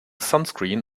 sunscreen